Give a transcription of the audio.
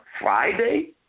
Friday